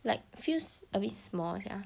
like feels a bit small sia